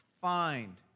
find